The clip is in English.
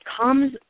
comes